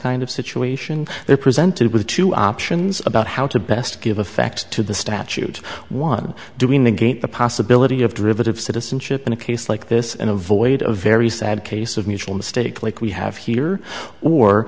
kind of situation they're presented with two options about how to best give effect to the statute one doing the gate the possibility of derivative citizenship in a case like this and avoid a very sad case of mutual mistake like we have here or